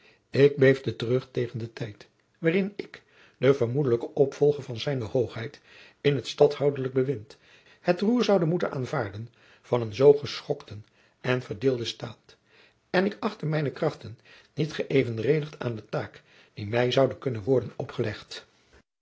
ik beefde terug tegen den tijd waarin ik de vermoedelijke opvolger van z hoogheid in t stadhouderlijk bewind het roer zoude moeten aanvaarden van een zoo geschokten en verdeelden staat en ik achtte mijne krachten niet gëevenredigd aan de taak die mij zoude kunnen worden opgelegd